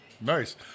Nice